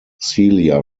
celia